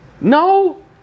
No